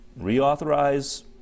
reauthorize